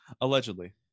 allegedly